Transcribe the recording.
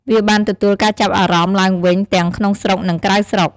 វាបានទទួលការចាប់អារម្មណ៍ឡើងវិញ ទាំងក្នុងស្រុក និងក្រៅស្រុក។